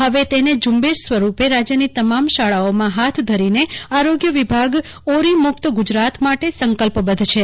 હવે એને ઝુંબેશ સ્વરૂપે રાજ્યનીતમામ શાળાઓમાં હાથ ધરીને આરોગ્ય વિભાગ ઓરી મુક્ત ગુજરાત માટે સંકલ્પબધ્ધ છે